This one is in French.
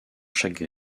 chaque